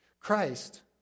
Christ